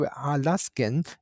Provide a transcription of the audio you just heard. Alaskan